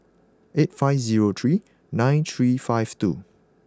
eight five zero three nine three five two